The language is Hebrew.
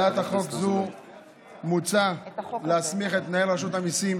בהצעת החוק הזו מוצע להסמיך את מנהל רשות המיסים